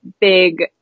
big